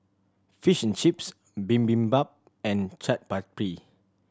Fish and Chips Bibimbap and Chaat Papri